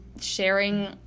sharing